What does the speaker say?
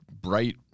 bright